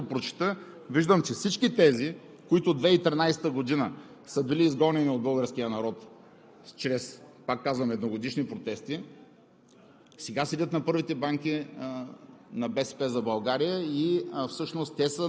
като лица на промяната – и това може би е най-отвратителното. Защото сега, като прочета, виждам, че всички тези, които 2013 г. са били изгонени от българския народ чрез, пак казвам, едногодишни протести